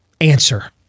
Answer